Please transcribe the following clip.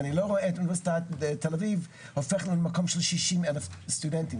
ואני לא רואה את אוניברסיטת תל אביב הופכת למקום של 60,000 סטודנטים,